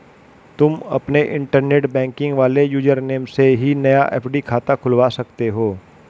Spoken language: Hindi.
तुम अपने इंटरनेट बैंकिंग वाले यूज़र नेम से ही नया एफ.डी खाता खुलवा सकते हो